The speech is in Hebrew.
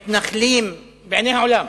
מתנחלים, בעיני מי?